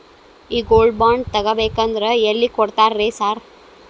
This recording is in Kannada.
ಈ ಗೋಲ್ಡ್ ಬಾಂಡ್ ತಗಾಬೇಕಂದ್ರ ಎಲ್ಲಿ ಕೊಡ್ತಾರ ರೇ ಸಾರ್?